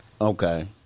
Okay